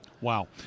Wow